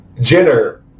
Jenner